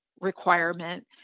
requirement